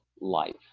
life